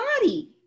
body